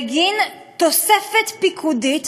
בגין תוספת פיקודית